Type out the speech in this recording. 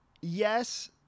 Yes